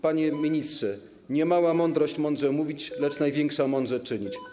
Panie ministrze: ˝Niemała mądrość mądrze mówić, lecz największa - mądrze czynić˝